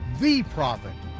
the prophet,